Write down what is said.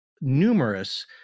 numerous